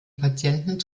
patienten